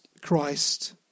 Christ